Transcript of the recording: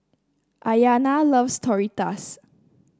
Iyana loves Tortillas